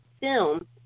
film